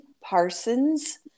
Parsons